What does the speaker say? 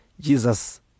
jesus